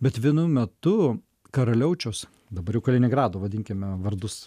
bet vienu metu karaliaučiaus dabar jau kaliningrado vadinkime vardus